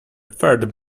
third